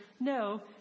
No